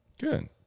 Good